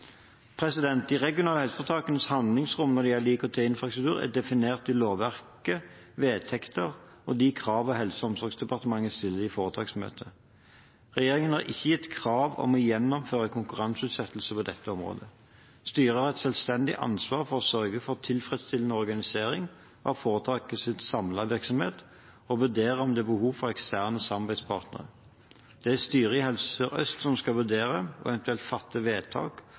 De regionale helseforetakenes handlingsrom når det gjelder IKT-infrastruktur, er definert i lovverket, vedtektene og de krav Helse- og omsorgsdepartementet stiller i foretaksmøtene. Regjeringen har ikke gitt krav om å gjennomføre konkurranseutsetting på dette området. Styrene har et selvstendig ansvar for å sørge for tilfredsstillende organisering av foretakets samlede virksomhet og vurdere om det er behov for eksterne samarbeidspartnere. Det er styret i Helse Sør-Øst som skal vurdere og eventuelt fatte vedtak